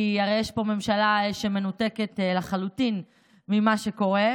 כי הרי יש פה ממשלה שמנותקת לחלוטין ממה שקורה,